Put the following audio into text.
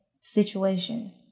situation